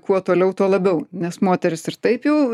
kuo toliau tuo labiau nes moterys ir taip jau